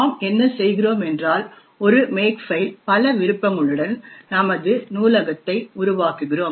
நாம் என்ன செய்கிறோம் என்றால் ஒரு மேக்ஃபைல் பல விருப்பங்களுடன் நமது நூலகத்தை உருவாக்குகிறோம்